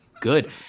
good